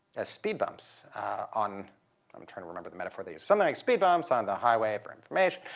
ah speed bumps on i'm trying to remember the metaphor they used. something like speed bumps on the highway for information.